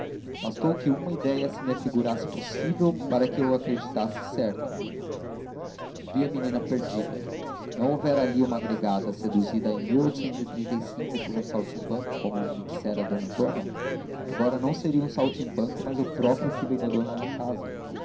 bastou que uma idéia se me afigurasse possível para que eu a acreditasse certa vi a menina perdida não houvera ali uma agregada seduzida em por um saltimbanco como me dissera d antônia agora não seria um saltimbanco mas o próprio filho da dona da casa